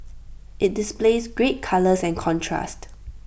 IT displays great colours and contrast